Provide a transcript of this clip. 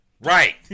Right